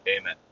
amen